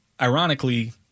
ironically